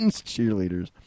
cheerleaders